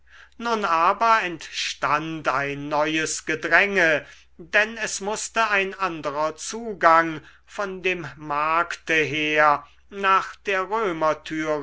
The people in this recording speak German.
nun aber entstand ein neues gedränge denn es mußte ein anderer zugang von dem markte her nach der römertüre